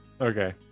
Okay